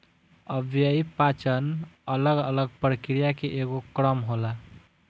अव्ययीय पाचन अलग अलग प्रक्रिया के एगो क्रम होला